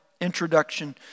introduction